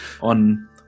on